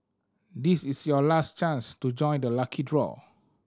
this is your last chance to join the lucky draw